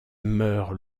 meurt